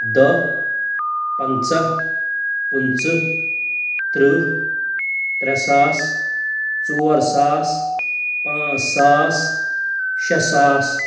دَہ پَنٛژاہ پٕنٛژٕہ تٕرٛہ ترٛےٚ ساس ژور ساس پانٛژھ ساس شےٚ ساس